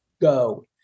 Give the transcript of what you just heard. go